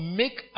make